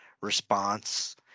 response